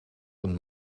een